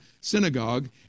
synagogue